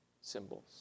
symbols